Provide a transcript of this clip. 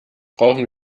brauchen